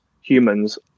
humans